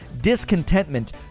discontentment